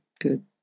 Good